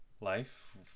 life